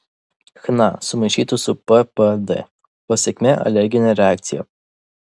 chna sumaišytų su ppd pasekmė alerginė reakcija